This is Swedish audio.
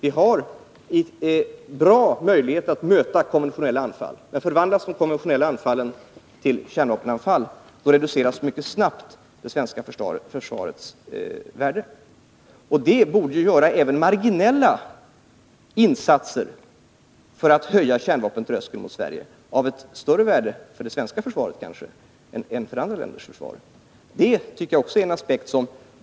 Vi har bra möjligheter att möta konventionella anfall, men förvandlas de till kärnvapenanfall reduceras mycket snabbt det svenska försvarets värde. Detta borde göra att även marginella insatser för att höja kärnvapentröskeln gentemot Sverige får större värde för det svenska försvaret än kanske för andra länders försvar.